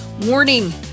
Warning